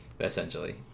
essentially